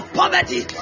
poverty